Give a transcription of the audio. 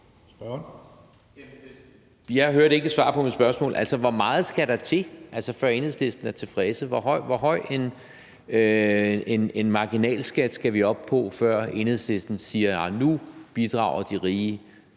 Jeg hørte ikke et svar på mit spørgsmål. Altså, hvor meget skal der til, før Enhedslisten er tilfredse? Hvor høj en marginalskat skal vi op på, før Enhedslisten siger: Nu bidrager de rige